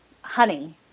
honey